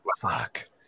Fuck